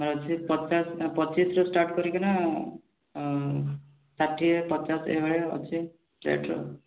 ଅଛି ପଚାଶ୍ ପଚିଶ୍ରୁ ଷ୍ଟାର୍ଟ୍ କରିକିନା ଷାଠିଏ ପଚାଶ୍ ଏଇ ଭଳିଆ ଅଛି ରେଟ୍ର ଆଉ